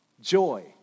joy